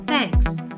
Thanks